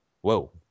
whoa